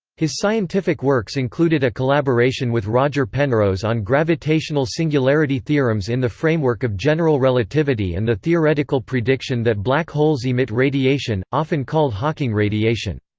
his scientific works included a collaboration with roger penrose on gravitational singularity theorems in the framework of general relativity and the theoretical prediction that black holes emit radiation, often called hawking radiation.